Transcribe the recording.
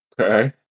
Okay